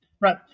Right